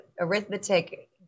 arithmetic